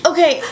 Okay